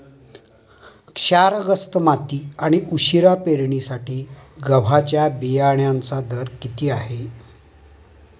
क्षारग्रस्त माती आणि उशिरा पेरणीसाठी गव्हाच्या बियाण्यांचा दर किती?